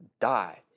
die